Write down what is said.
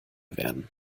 werden